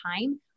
time